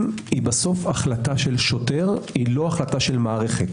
היא בסוף החלטה של שוטר לא של מערכת.